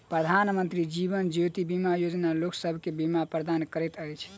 प्रधानमंत्री जीवन ज्योति बीमा योजना लोकसभ के बीमा प्रदान करैत अछि